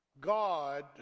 God